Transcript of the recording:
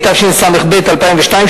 התשס"ב 2002,